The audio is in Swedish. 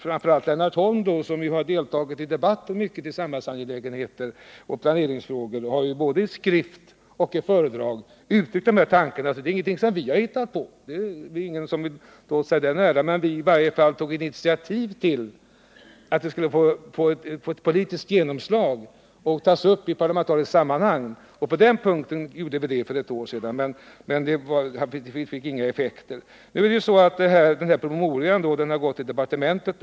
Framför allt Lennart Holm, som deltagit mycket i debatten i samhällsangelägenheter och planeringsfrågor, har ju både i skrift och i föredrag uttryckt dessa tankar. Det är ingenting som vi har hittat på — ingen vill ta åt sig den äran. Men vi tog i varje fall initiativ till att tankarna skulle få politiskt genomslag och tas upp i parlamentariskt sammanhang. Och det gjorde vi för ett år sedan, men det fick ingen effekt. Den här promemorian har tagits upp i departementet.